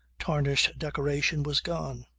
tarnished decoration was gone.